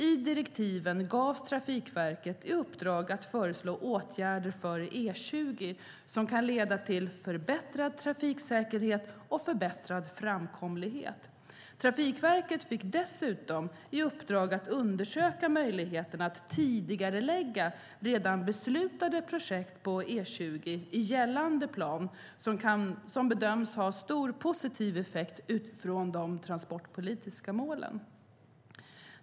I direktiven gavs Trafikverket i uppdrag att föreslå åtgärder för E20 som kan leda till förbättrad trafiksäkerhet och förbättrad framkomlighet. Trafikverket fick dessutom i uppdrag att undersöka möjligheterna att tidigarelägga redan beslutade projekt på E20 i gällande plan som bedöms ha stor positiv effekt utifrån de transportpolitiska målen.